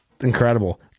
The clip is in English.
incredible